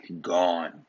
gone